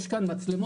יש כאן מצלמות,